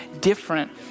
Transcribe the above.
different